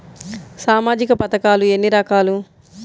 సామాజిక పథకాలు ఎన్ని రకాలు?